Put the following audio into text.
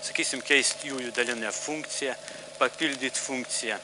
sakysim keisti jų dalinę funkciją papildyt funkciją